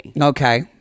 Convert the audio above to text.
okay